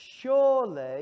Surely